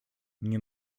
nie